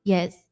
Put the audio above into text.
Yes